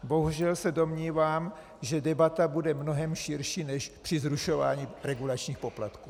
Bohužel se domnívám, že debata bude mnohem širší než při zrušování regulačních poplatků.